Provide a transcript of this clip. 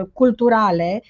culturale